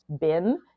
bin